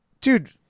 Dude